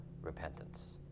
repentance